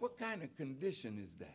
what kind of condition is that